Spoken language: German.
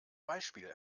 beispiel